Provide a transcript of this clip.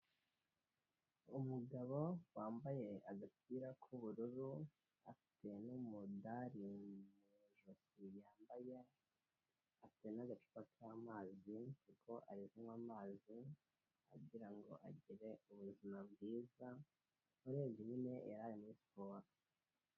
Umugabo wambaye agapira k'ubururu, afite n'umudari mu ijosi yambaye, afite n'agacupa k'amazi kuko ari kunywa amazi agira ngo agire ubuzima bwiza, urebye nyine yari ari muri siporo.